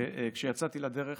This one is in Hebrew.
כשיצאתי לדרך